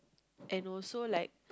and also like